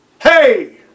Hey